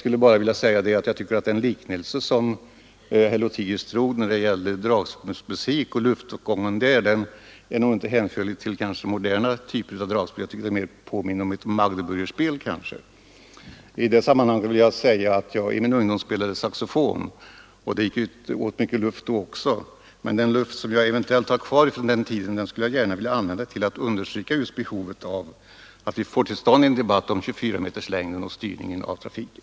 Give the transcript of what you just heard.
Men jag tror att den liknelse som herr Lothigius gjorde när det gällde dragspelsmusik och luftåtgången i det sammanhanget inte kan gälla moderna typer av dragspel. Jag tycker att det mer påminde om ett gammalt Magdeburgerspel. Jag kan nämna i detta sammanhang att jag i min ungdom spelade saxofon. Det gick åt mycket luft till det också, men den luft som jag eventuellt har kvar från den tiden skulle jag gärna vilja använda till att understryka just behovet av att vi får till stånd en debatt om 24-meterslängden och styrningen av trafiken.